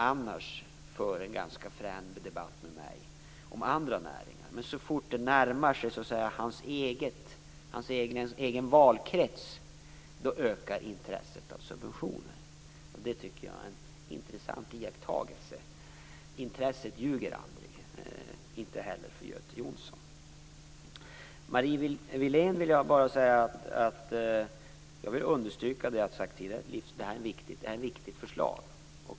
Han för en ganska frän debatt med mig om andra näringar, men så fort det närmar sig hans egen valkrets ökar intresset för subventioner. Jag tycker att det är en intressant iakttagelse. Intresset ljuger aldrig, inte heller för Göte Jonsson. Till Marie Wilén vill jag understryka det jag har sagt tidigare, nämligen att det här är ett viktigt förslag.